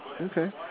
Okay